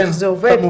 איך זה עובד?